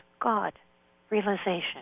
God-realization